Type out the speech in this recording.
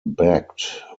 backed